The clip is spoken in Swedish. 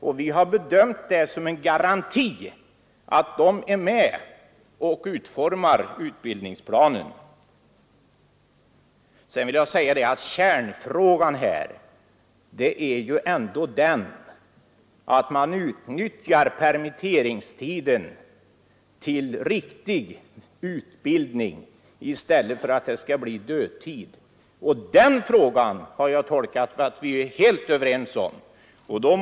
Och vi har bedömt det som en garanti att de är med och utformar utbildningsplanerna. Kärnfrågan är ändå att man utnyttjar permitteringstiden till riktig utbildning i stället för att den skall bli dödtid, och jag har fått den uppfattningen att vi är helt överens om det.